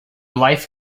life